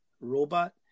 Robot